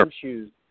shoes